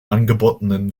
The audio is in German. angebotenen